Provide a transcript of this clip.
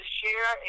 share